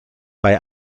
bei